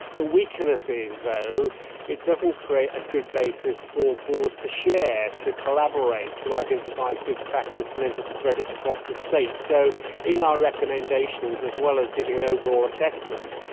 the weakness is though it doesn't create a good basis for boards to share, to collaborate, to identify good practice and then to spread it across the state. so in our recommendations, as well as giving an overall assessment,